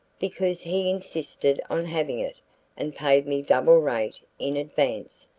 because he insisted on having it and paid me double rate in advance,